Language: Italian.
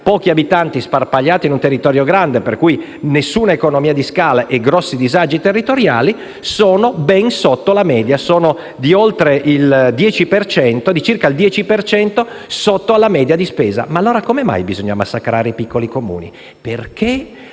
(pochi abitanti sparpagliati su un territorio esteso, per cui nessuna economia di scala e notevoli disagi territoriali), sono ben sotto la media, circa il 10 per cento sotto la media di spesa. Ma allora come mai bisogna massacrare i piccoli Comuni? Da